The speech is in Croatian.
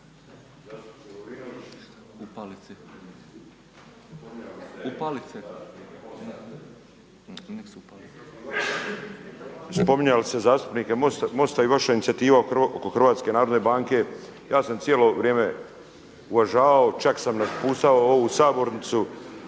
Lovrinović, spominjali ste zastupnike MOST-a i vaša inicijativa oko Hrvatske narodne banke ja sam cijelo vrijeme uvažavao, čak sam raspuštao ovu sabornicu